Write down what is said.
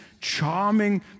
charming